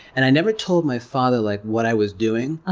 and i never told my father like what i was doing, ah